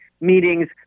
meetings